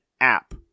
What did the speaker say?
app